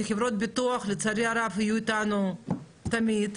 חברות הביטוח לצערי הרב יהיו איתנו תמיד,